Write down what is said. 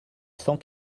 cent